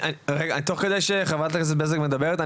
תוך כדי שחברת הכנסת בזק מדברת,